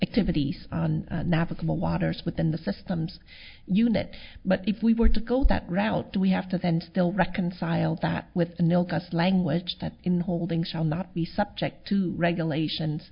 activities navigable waters within the systems unit but if we were to go that route do we have to then still reconcile that with the milk us language that in holding shall not be subject to regulations